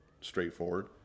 straightforward